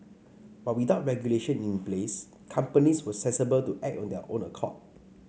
but without regulation in place companies were sensible to act on their own accord